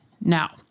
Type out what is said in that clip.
Now